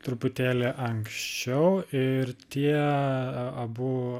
truputėlį anksčiau ir tie abu